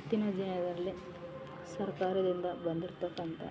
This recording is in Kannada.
ಇತ್ತಿನ ದಿನದಲ್ಲಿ ಸರ್ಕಾರದಿಂದ ಬಂದಿರ್ತಕ್ಕಂಥ